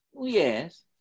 Yes